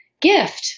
gift